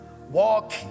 Walk